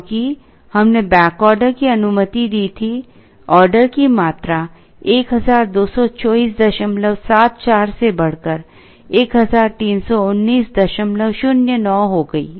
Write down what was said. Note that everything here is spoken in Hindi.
क्योंकि हमने बैकऑर्डर की अनुमति दी थी ऑर्डर की मात्रा 122474 से बढ़कर 131909 हो गई